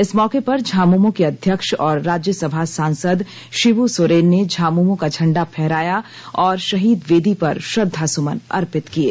इस मौके पर झामुमो के अध्यक्ष और राज्यसभा सांसद शिबू सोरेन ने झामुमो का झंडा फहराया और शहीद वेदी पर श्रद्धा सुमन अर्पित किये